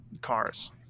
cars